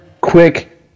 quick